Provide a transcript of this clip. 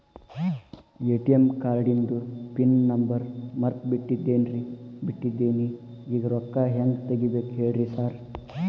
ATM ಕಾರ್ಡಿಂದು pin number ಮರ್ತ್ ಬಿಟ್ಟಿದೇನಿ ಈಗ ರೊಕ್ಕಾ ಹೆಂಗ್ ತೆಗೆಬೇಕು ಹೇಳ್ರಿ ಸಾರ್